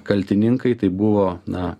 kaltininkai tai buvo na